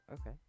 Okay